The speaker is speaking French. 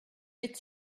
est